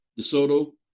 DeSoto